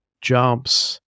jumps